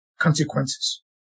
consequences